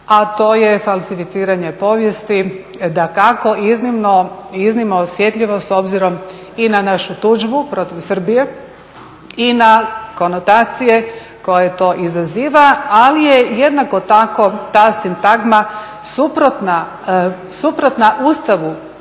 a to je falsificiranje povijesti, dakako, iznimno osjetljivo s obzirom i na našu tužbu protiv Srbije i na konotacije koje to izaziva. Ali je jednako tako ta sintagma suprotna Ustavu